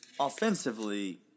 offensively